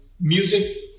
music